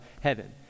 heaven